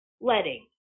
letting